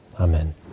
Amen